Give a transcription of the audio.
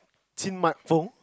Chim-Mat-Fong